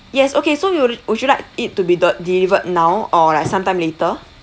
yes okay so you would you like it to be de~ delivered now or like sometime later